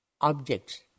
objects